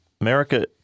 America